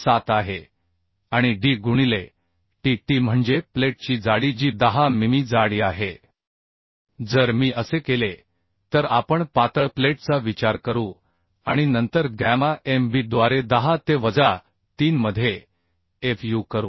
57 आहे आणि डी गुणिले t t म्हणजे प्लेटची जाडी जी 10 मिमी जाडी आहे जर मी असे केले तर आपण पातळ प्लेटचा विचार करू आणि नंतर गॅमा mb द्वारे 10 ते वजा 3 मध्ये fu करू